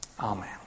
Amen